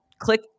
Click